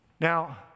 Now